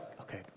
okay